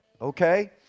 Okay